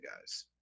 guys